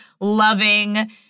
loving